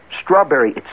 strawberry